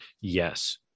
yes